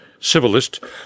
civilist